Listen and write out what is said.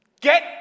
get